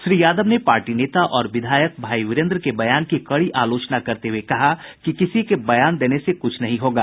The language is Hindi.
श्री यादव ने पार्टी नेता और विधायक भाई वीरेन्द्र के बयान की कड़ी आलोचना करते हुए कहा कि किसी के बयान देने से कुछ नहीं होगा